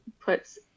puts –